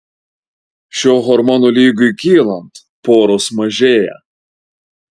šio hormono lygiui kylant poros mažėja